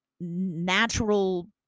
natural